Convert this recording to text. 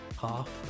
half